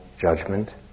judgment